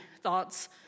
thoughts